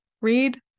read